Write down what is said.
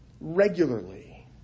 regularly